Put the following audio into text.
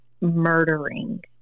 murdering